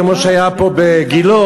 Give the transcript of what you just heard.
כמו שהיה פה בגילה,